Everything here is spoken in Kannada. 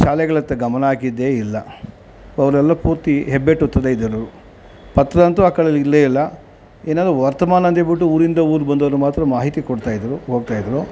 ಶಾಲೆಗಳತ್ತ ಗಮನ ಹಾಕಿದ್ದೇ ಇಲ್ಲ ಅವರೆಲ್ಲ ಪೂರ್ತಿ ಹೆಬ್ಬೆಟ್ಟು ಒತ್ತುತ್ಲೇ ಇದ್ದರು ಪತ್ರ ಅಂತೂ ಆ ಕಾಲಲ್ಲಿ ಇರಲೇ ಇಲ್ಲ ಏನಾರೂ ವರ್ತಮಾನ ಅಂತ ಹೇಳಿಬಿಟ್ಟು ಊರಿಂದ ಊರ್ಗೆ ಬಂದವರು ಮಾತ್ರ ಮಾಹಿತಿ ಕೊಡ್ತಾ ಇದ್ದರು ಹೋಗ್ತಾ ಇದ್ದರು